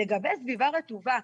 לגבי סביבה רטובה,